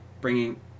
bringing